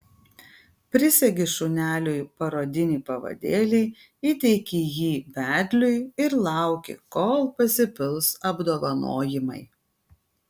prisegi šuneliui parodinį pavadėlį įteiki jį vedliui ir lauki kol pasipils apdovanojimai